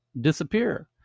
disappear